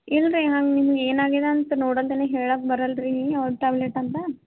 ಇಲ್ಲ ರೀ ನಾನು ನಿಮಗೆ ಏನಾಗಿದೆ ಅಂತ ನೋಡದೇನೆ ಹೇಳಕ್ಕೆ ಬರಲ್ಲ ರೀ ಯಾವ ಟ್ಯಾಬ್ಲೆಟ್ ಅಂತ